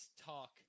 talk